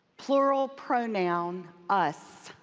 plural pronoun us.